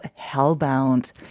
Hellbound